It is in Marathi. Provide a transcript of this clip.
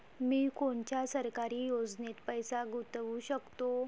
मी कोनच्या सरकारी योजनेत पैसा गुतवू शकतो?